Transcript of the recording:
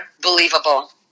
believable